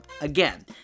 again